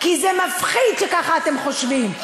כי זה מפחיד שככה אתם חושבים,